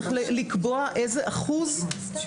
צריך לקבוע איזה אחוז מהשטח.